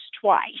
twice